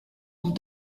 bout